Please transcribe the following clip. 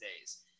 days